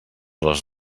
les